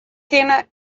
kinne